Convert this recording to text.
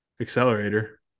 accelerator